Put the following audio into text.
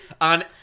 on